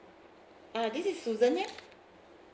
ah this is susan here